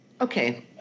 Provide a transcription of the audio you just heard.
okay